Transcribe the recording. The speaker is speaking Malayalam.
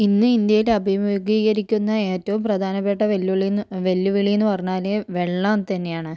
ഇന്ന് ഇന്ത്യയിൽ അഭിമുഖീകരിക്കുന്ന ഏറ്റവും പ്രധാനപ്പെട്ട വെല്ലുവിളി എന്ന് വെല്ലുവിളി എന്ന് പറഞ്ഞാല് വെള്ളം തന്നെയാണ്